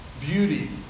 beauty